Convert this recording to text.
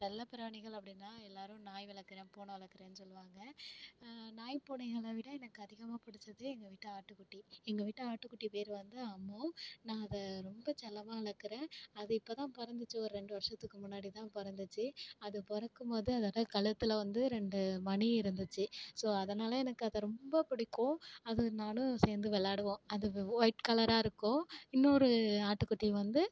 செல்லப் பிராணிகள் அப்படின்னா எல்லோரும் நாய் வளர்க்கறேன் பூனை வளர்க்கறேன்னு சொல்லுவாங்க நாய் பூனைகளை விட எனக்கு அதிகமாக பிடிச்சது எங்கள் வீட்டு ஆட்டுக்குட்டி எங்கள் வீட்டு ஆட்டுக்குட்டி பெயர் வந்து அம்மு நான் அதை ரொம்ப செல்லமாக வளர்க்கறேன் அது இப்போ தான் பிறந்துச்சி ஒரு ரெண்டு வருஷத்துக்கு முன்னாடி தான் பிறந்துச்சி அது பிறக்கும் போது அதோடய கழுத்தில் வந்து ரெண்டு மணி இருந்துச்சு ஸோ அதனால் எனக்கு அத ரொம்ப பிடிக்கும் அதுவும் நானும் சேர்ந்து விளாடுவோம் அது வெ ஒயிட் கலராக இருக்கும் இன்னோரு ஆட்டுக்குட்டி வந்து